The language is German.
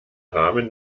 rahmen